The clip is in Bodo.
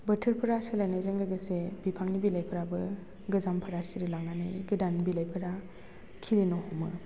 बोथोरफोरा सोलायनायजों लोगोसे बिफांनि बिलाइफ्राबो गोजामफोरा सिरिलांनानै गोदान बिलाइफोरा खिलिनो हमो